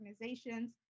organizations